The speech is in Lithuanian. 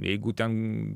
jeigu ten